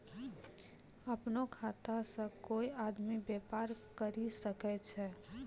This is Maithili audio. अपनो खाता से कोय आदमी बेपार करि सकै छै